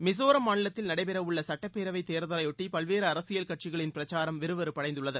மிசோரம் மாநிலத்தில் நடைபெற உள்ள சட்டப்பேரவை தேர்தலையொட்டி பல்வேறு அரசியல் கட்சிகளின் பிரச்சாரம் விறுவிறுப்படைந்துள்ளது